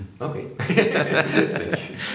Okay